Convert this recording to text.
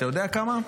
אתה יודע כמה?